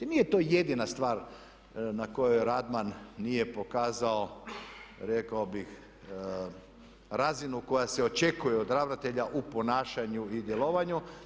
Nije to jedina stvar na koju Radman nije pokazao rekao bih razinu koja se očekuje od ravnatelja u ponašanju i djelovanju.